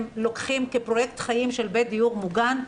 לוקחים כפרויקט חיים של בית דיור מוגן,